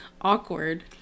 awkward